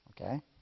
okay